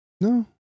No